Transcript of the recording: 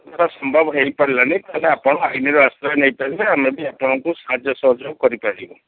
ଧର ସମ୍ଭବ ହୋଇପାରିଲାନି ତା'ହେଲେ ଆପଣ ଆଇନର ଆଶ୍ରୟ ନେଇପାରିବେ ଆମେ ବି ଆପଣଙ୍କୁ ସାହାଯ୍ୟ ସହଯୋଗ କରିପାରିବୁ